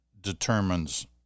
determines